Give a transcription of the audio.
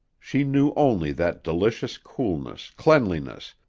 she knew only that delicious coolness, cleanliness,